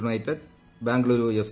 United Bengaluru F